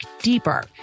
deeper